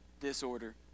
disorder